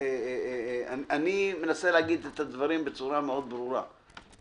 אני מנסה להגיד את הדברים בצורה ברורה מאוד.